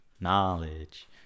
Knowledge